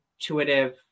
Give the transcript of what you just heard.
intuitive